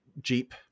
Jeep